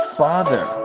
father